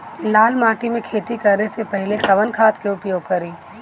लाल माटी में खेती करे से पहिले कवन खाद के उपयोग करीं?